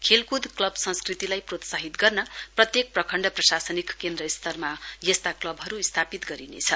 खेलकुद क्लब संस्कृतिलाई प्रोत्साहित गर्न प्रत्येक प्रखण्ड प्रशासनिक केन्द्र स्तरमा यस्ता क्लबहरू स्थापित गरिनेछ